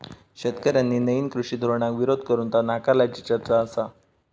शेतकऱ्यांनी नईन कृषी धोरणाक विरोध करून ता नाकारल्याची चर्चा आसा